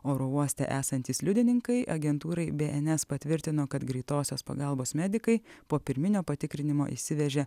oro uoste esantys liudininkai agentūrai bns patvirtino kad greitosios pagalbos medikai po pirminio patikrinimo išsivežė